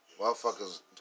motherfuckers